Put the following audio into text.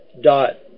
dot